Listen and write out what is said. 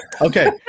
Okay